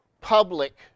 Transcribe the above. public